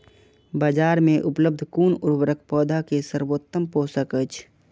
बाजार में उपलब्ध कुन उर्वरक पौधा के सर्वोत्तम पोषक अछि?